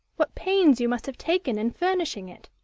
what pains you must have taken in furnishing it!